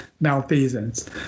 malfeasance